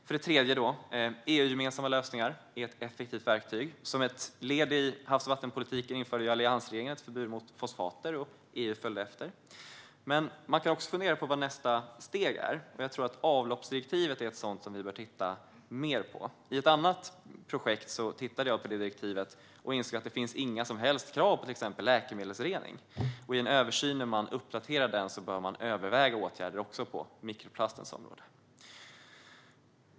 För det tredje: EU-gemensamma lösningar är ett effektivt verktyg. Som ett led i havs och vattenpolitiken införde alliansregeringen ett förbud mot fosfater i tvättmedel, och EU följde efter. Men man kan också fundera på vad nästa steg är. Jag tror att avloppsdirektivet är något som vi bör titta mer på. I ett annat projekt tittade jag på detta direktiv och insåg att det inte finns några som helst krav på till exempel läkemedelsrening. När man i en översyn uppdaterar det bör man överväga åtgärder också på mikroplastens område.